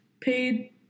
paid